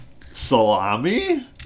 salami